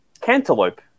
Cantaloupe